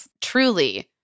Truly